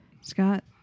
Scott